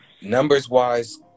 numbers-wise